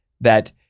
that-